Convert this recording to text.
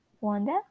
Wanda